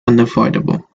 unavoidable